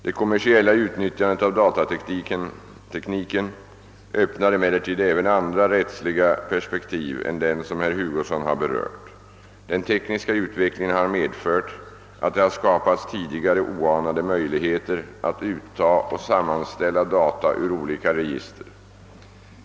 Det kommersiella utnyttjandet av datatekniken öppnar emellertid även andra rättsliga perspektiv än dem som herr Hugosson har berört. Den tekniska utvecklingen har medfört att det har skapats tidigare oanade möjligheter att uttaga och sammanställa data ur olika register.